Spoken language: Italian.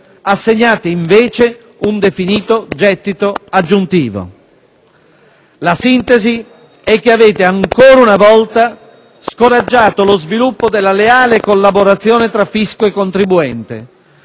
assegnate invece un definito gettito aggiuntivo. La sintesi è che avete, ancora una volta, scoraggiato lo sviluppo della leale collaborazione fra fisco e contribuente,